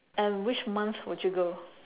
and which month would you go